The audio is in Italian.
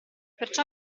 perciò